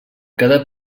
cada